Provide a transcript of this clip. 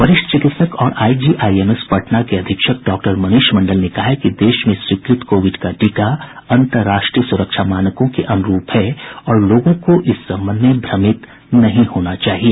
वरिष्ठ चिकित्सक और आईजीआईएमएस पटना के अधीक्षक डॉक्टर मनीष मंडल ने कहा है कि देश में स्वीकृत कोविड का टीका अन्तर्राष्ट्रीय सुरक्षा मानकों के अनुरूप है और लोगों को इस संबंध में भ्रमित नहीं होना चाहिए